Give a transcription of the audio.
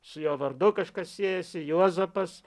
su jo vardu kažkas siejasi juozapas